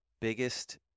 biggest